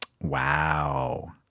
Wow